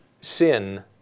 sin